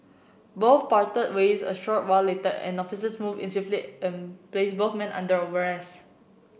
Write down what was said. both parted ways a short while later and officers moved in swiftly and placed both men under arrest